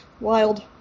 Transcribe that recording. Wild